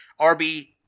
RB